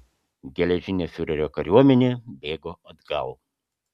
geležinė fiurerio kariuomenė bėgo atgal